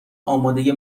آماده